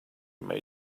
may